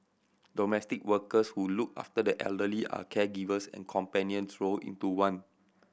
domestic workers who look after the elderly are caregivers and companions roll into one